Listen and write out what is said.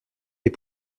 des